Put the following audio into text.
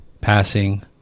passing